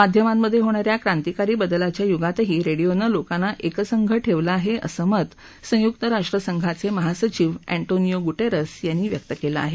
माध्यमांमध्ये होणाऱ्या क्रांतिकारी बदलाच्या युगातही रेडिओनं लोकांना एकसंघ ठेवलं आहे असं मत संयुक्त राष्ट्र संघाचे महासचिव अँटोनियो गुटेरस यांनी व्यक्त केलं आहे